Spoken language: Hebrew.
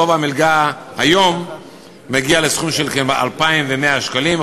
גובה המלגה היום מגיע לסכום של כ-2,100 שקלים,